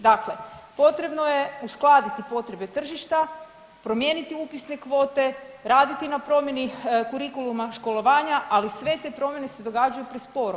Dakle, potrebno je uskladiti potrebe tržišta, promijeniti upisne kvote, raditi na promjeni kukrikuluma školovanja, ali sve te promjene se događaju presporo.